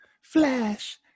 Flash